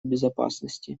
безопасности